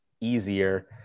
easier